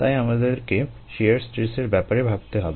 তাই আমাদেরকে শিয়ার স্ট্রেসের ব্যাপারে ভাবতে হবে